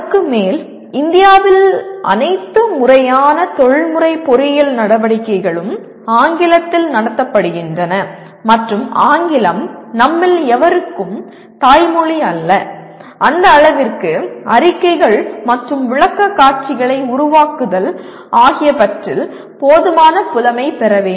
அதற்கு மேல் இந்தியாவில் அனைத்து முறையான தொழில்முறை பொறியியல் நடவடிக்கைகளும் ஆங்கிலத்தில் நடத்தப்படுகின்றன மற்றும் ஆங்கிலம் நம்மில் எவருக்கும் தாய்மொழி அல்ல அந்த அளவிற்கு அறிக்கைகள் மற்றும் விளக்கக்காட்சிகளை உருவாக்குதல் ஆகியவற்றில் போதுமான புலமை பெற வேண்டும்